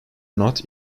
not